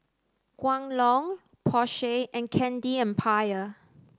Kwan Loong Porsche and Candy Empire